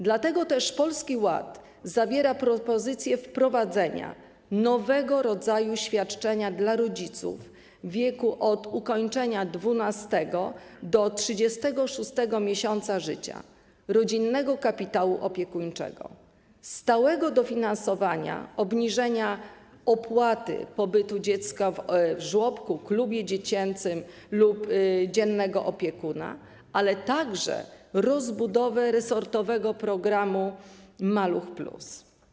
Dlatego też Polski Ład zawiera propozycje wprowadzenia nowego rodzaju świadczenia dla rodziców dzieci w wieku od ukończonego 12. do 36. miesiąca życia: rodzinnego kapitału opiekuńczego - stałego dofinansowania obniżenia opłaty pobytu dziecka w żłobku, klubie dziecięcym lub u dziennego opiekuna - ale także rozbudowę resortowego programu „Maluch+”